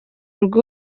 rugo